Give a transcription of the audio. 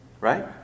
right